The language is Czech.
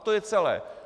A to je celé.